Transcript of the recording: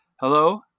Hello